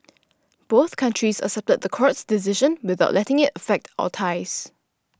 both countries accepted the court's decision without letting it affect our ties